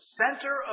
center